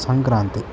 Sankranti